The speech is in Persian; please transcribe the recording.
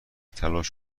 تلاش